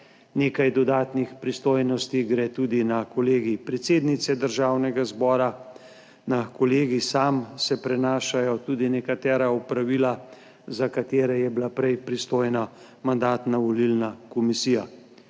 nekaj dodatnih pristojnosti gre tudi na Kolegij predsednice Državnega zbora. Na kolegij se prenašajo tudi nekatera opravila, za katere je bila prej pristojna Mandatno-volilna komisija.